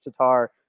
Tatar